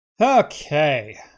Okay